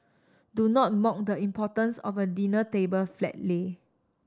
do not mock the importance of a dinner table flat lay